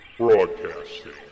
Broadcasting